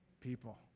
people